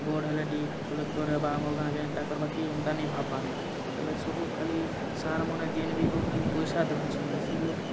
ବଡ଼ ହେଲେ ଟି କଲେକ୍ଟର ହେବା ଆମର ଗାଁକେ ଏନ୍ତା କରିବା କିଏ ଏନ୍ତା ନାଇଁ ଭାବିବା ନେ ଏବେ ଏବେ ସବୁ ଖାଲି ସାର୍ ମାନେ ଜେନ ବି ହଉ ଖାଲି ପଇସା ଦେଖୁଛନନେ ସେଇ ଲୋକ